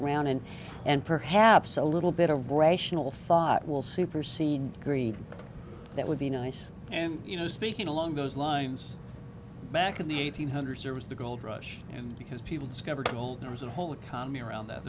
around and and perhaps a little bit of racial thought will supersede greed that would be nice and you know speaking along those lines back in the eight hundred series the gold rush and because people discover told there's a whole economy around that